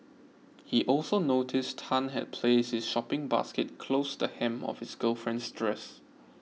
he also noticed Tan had placed his shopping basket close the hem of his girlfriend's dress